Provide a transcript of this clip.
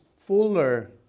fuller